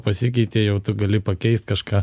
pasikeitė jau tu gali pakeist kažką